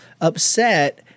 upset